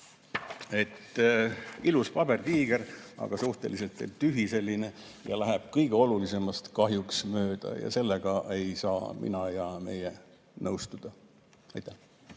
Ilus pabertiiger, aga suhteliselt tühi ja läheb kõige olulisemast kahjuks mööda ja sellega ei saa mina ega meie [erakond] nõustuda. Aitäh!